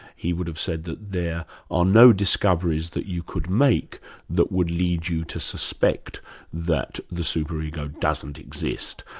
he would have said that there are no discoveries that you could make that would lead you to suspect that the super ego doesn't exist,